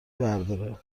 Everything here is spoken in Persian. برداره